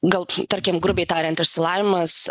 gal tarkim grubiai tariant išsilavinimas